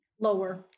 Lower